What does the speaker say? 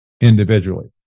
individually